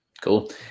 Cool